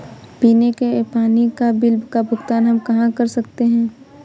पीने के पानी का बिल का भुगतान हम कहाँ कर सकते हैं?